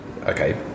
Okay